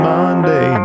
Monday